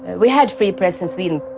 and we had free press in sweden,